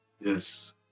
Yes